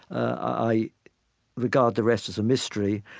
i regard the rest as a mystery,